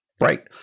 Right